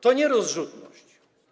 To nie rozrzutność.